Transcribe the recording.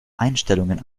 einstellungen